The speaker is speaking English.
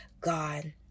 God